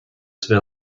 this